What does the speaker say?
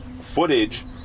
footage